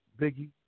Biggie